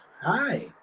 hi